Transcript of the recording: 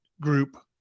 group